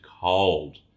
cold